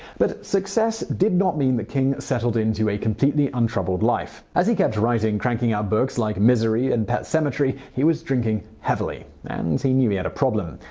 but success didn't mean that king settled into a completely untroubled life. as he kept writing, cranking out books like misery and pet sematary, he was drinking heavily. and he knew he had a problem.